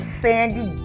sandy